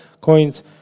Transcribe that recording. coins